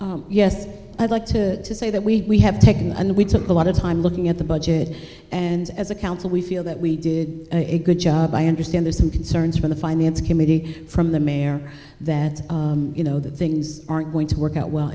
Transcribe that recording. r yes i'd like to say that we have taken and we took a lot of time looking at the budget and as a council we feel that we did a good job i understand there's some concerns from the finance committee from the mayor that you know that things aren't going to work out well